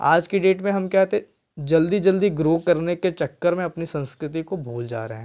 आज की डेट में हम क्या थे जल्दी जल्दी ग्रो करने के चक्कर में अपनी संस्कृति को भूल जा रहे हैं